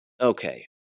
Okay